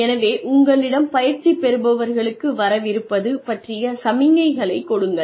எனவே உங்களிடம் பயிற்சி பெறுபவர்களுக்கு வரவிருப்பது பற்றிய சமிக்ஞைகளைக் கொடுங்கள்